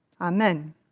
Amen